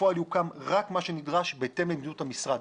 בפועל יוקם רק מה שנדרש בהתאם למדיניות המשרד.